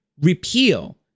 repeal